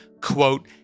quote